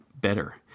better